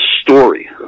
story